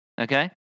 Okay